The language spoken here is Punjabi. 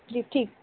ਜੀ ਠੀਕ